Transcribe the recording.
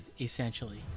essentially